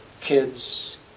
kids